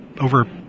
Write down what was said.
over